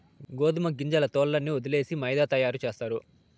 గోదుమ గింజల తోల్లన్నీ ఒలిసేసి మైదా తయారు సేస్తారు